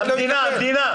המדינה, המדינה.